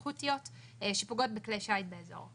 שפוגעות בכלי שייט באזור.